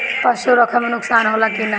पशु रखे मे नुकसान होला कि न?